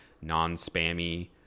non-spammy